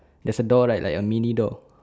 there's a door like like a mini door